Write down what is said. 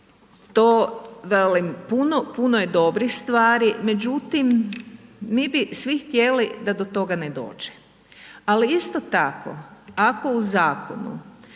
puno, puno je dobrih stvari, međutim mi bi svi htjeli da do toga ne dođe. Ali isto tako ako u zakonu